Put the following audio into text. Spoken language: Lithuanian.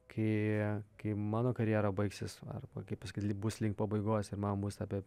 kai kai mano karjera baigsis arba kaip pasakyt bus link pabaigos ir man bus apie